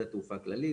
זה התעופה הכללית.